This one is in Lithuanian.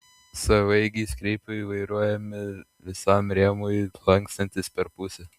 savaeigiai skreperiai vairuojami visam rėmui lankstantis per pusę